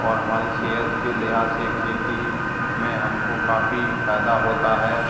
और हमारी सेहत के लिहाज से खेती में हमको काफ़ी फायदा होता है